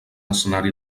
escenari